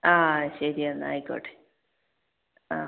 ആ ശരി എന്നാൽ ആയിക്കോട്ടെ ആ